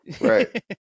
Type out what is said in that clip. Right